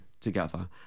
together